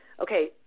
okay